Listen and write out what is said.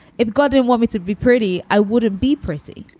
if god didn't want me to be pretty, i wouldn't be prissy